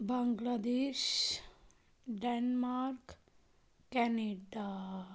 Bangladesh Denmark Canada